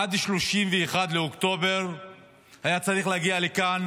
עד 31 באוקטובר היה צריך להגיע לכאן